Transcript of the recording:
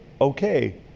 okay